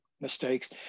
mistakes